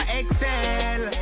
excel